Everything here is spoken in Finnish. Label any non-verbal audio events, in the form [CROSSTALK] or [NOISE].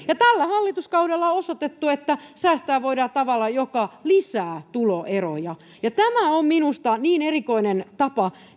[UNINTELLIGIBLE] ja tällä hallituskaudella on osoitettu että säästää voidaan tavalla joka lisää tuloeroja tämä on minusta niin erikoinen tapa